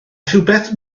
rhywbeth